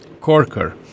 Corker